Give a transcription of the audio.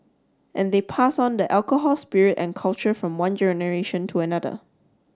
and they pass on the alcohol spirit and culture from one generation to another